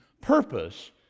purpose